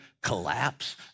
collapse